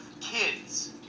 kids